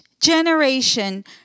generation